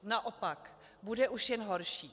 Naopak, bude už jen horší.